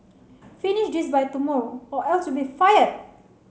finish this by tomorrow or else you'll be fired